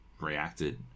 reacted